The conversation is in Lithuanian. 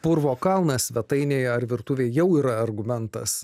purvo kalnas svetainėje ar virtuvėj jau yra argumentas